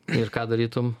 ir ką darytum